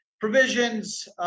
provisions